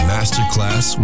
Masterclass